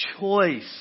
choice